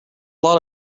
lot